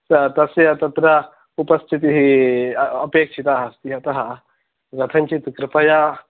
तस्य तत्र उपस्थितिः अपेक्षितः अस्ति अतः कथञ्चित् कृपया